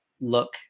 look